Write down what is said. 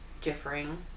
differing